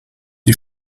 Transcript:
die